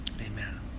Amen